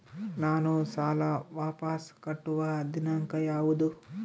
ನಾನು ಸಾಲ ವಾಪಸ್ ಕಟ್ಟುವ ದಿನಾಂಕ ಯಾವುದು?